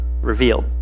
revealed